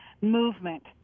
movement